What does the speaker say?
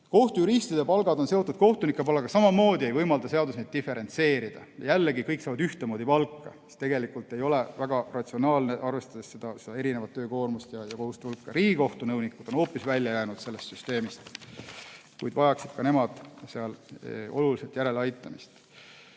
Kohtujuristide palgad on seotud kohtunike palgaga, samamoodi ei võimalda seadus neid diferentseerida. Jällegi, kõik saavad ühtemoodi palka, mis tegelikult ei ole väga ratsionaalne, arvestades erinevat töökoormust ja kohustuste hulka. Riigikohtu nõunikud on hoopis välja jäänud sellest süsteemist, kuid ka nemad vajaksid olulisel määral järeleaitamist.